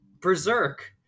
Berserk